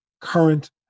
current